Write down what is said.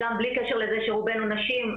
אז גם בלי קשר לזה שרובנו נשים,